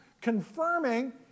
confirming